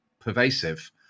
pervasive